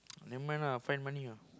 never mind lah find money ah